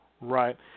Right